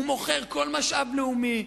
הוא מוכר כל משאב לאומי,